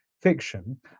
fiction